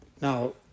Now